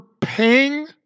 paying